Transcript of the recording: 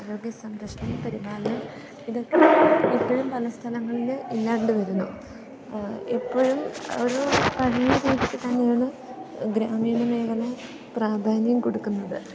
ആരോഗ്യ സംരക്ഷണം പരിപാലനം ഇതൊക്കെ ഇപ്പോഴും പല സ്ഥലങ്ങളിൽ ഇല്ലാണ്ട് വരുന്നു എപ്പോഴും ഒരു പഴയ രീതിയ്ക്ക് തന്നെയാണ് ഗ്രാമീണമേഖല പ്രാധാന്യം കൊടുക്കുന്നത്